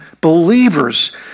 believers